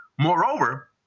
Moreover